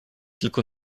tylko